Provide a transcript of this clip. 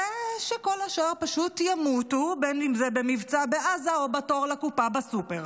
ושכל השאר פשוט ימותו בין אם זה במבצע בעזה או בתור לקופה בסופר.